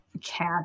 Cat